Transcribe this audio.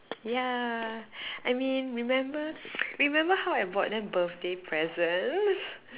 ya I mean remember remember how I bought them birthday presents